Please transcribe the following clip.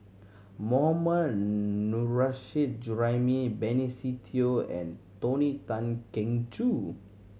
Mohammad Nurrasyid Juraimi Benny Se Teo and Tony Tan Keng Joo